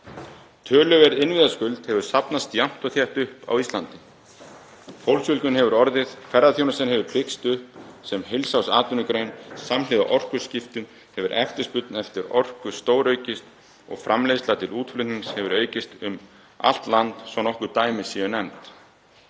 Töluverð innviðaskuld hefur safnast jafnt og þétt upp á Íslandi. Fólksfjölgun hefur orðið, ferðaþjónustan hefur byggst upp sem heilsársatvinnugrein, samhliða orkuskiptum hefur eftirspurn eftir orku stóraukist og framleiðsla til útflutnings hefur aukist um allt land, svo að nokkur dæmi séu nefnd.